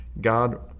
God